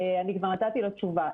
אני כבר נתתי לו תשובה.